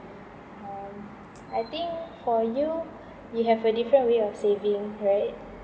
um I think for you you have a different way of saving right